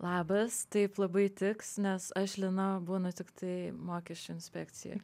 labas taip labai tiks nes aš lina būnu tiktai mokesčių inspekcijoj